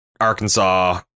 Arkansas